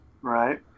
Right